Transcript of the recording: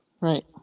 Right